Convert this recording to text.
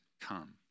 come